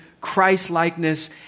Christ-likeness